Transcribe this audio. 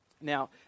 Now